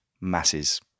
masses